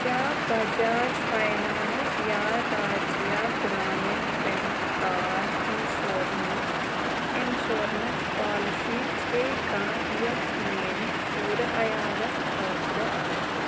کیٛاہ بجاج فاینانٕس یا Rajya Gramin bank car insurance insurance policy چھے کانٛہہ یۄس میٲنِس پوٗرٕ عیالَس خٲطرٕ آسہِ